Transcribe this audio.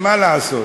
מה לעשות,